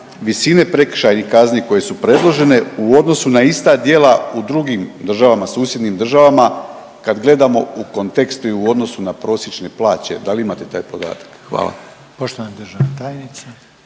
visine prekršajnih kazni koje su predložene u odnosu na ista djela u drugim državama, susjednim državama kad gledamo u kontekstu i u odnosu na prosječne plaće. Da li imate taj podatak? Hvala.